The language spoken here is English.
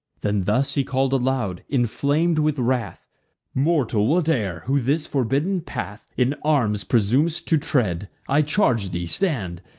then thus he call'd aloud, inflam'd with wrath mortal, whate'er, who this forbidden path in arms presum'st to tread, i charge thee, stand,